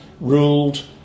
ruled